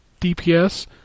DPS